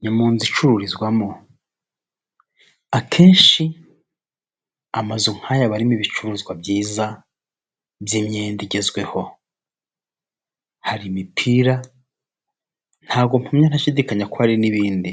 Ni mu nzu icururizwamo, akenshi amazu nk'aya aba arimo ibicuruzwa byiza by'imyenda igezweho hari imitira, ntabwo mpamya ntashidikanya ko hari n'ibindi,